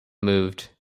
moved